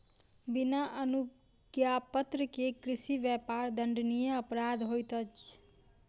बिना अनुज्ञापत्र के कृषि व्यापार दंडनीय अपराध होइत अछि